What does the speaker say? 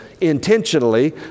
intentionally